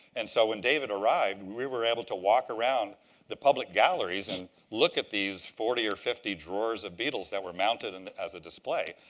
and so when david arrived, we we were able to walk around the public galleries and look at these forty or fifty drawers of beetles that were mounted and as a display.